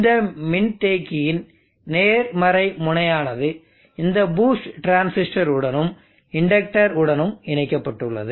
இந்த மின்தேக்கியின் நேர்மறை முனையானது இந்த பூஸ்ட் டிரான்சிஸ்டர் உடனும் இண்டக்டர் உடனும் இணைக்கப்பட்டுள்ளது